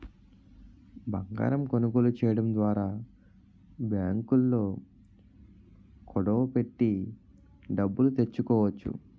బంగారం కొనుగోలు చేయడం ద్వారా బ్యాంకుల్లో కుదువ పెట్టి డబ్బులు తెచ్చుకోవచ్చు